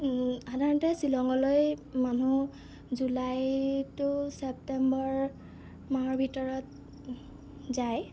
সাধাৰণতে শ্বিলঙলৈ মানুহ জুলাই টু ছেপ্টেম্বৰ মাহৰ ভিতৰত যায়